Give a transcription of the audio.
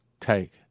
take